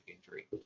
injury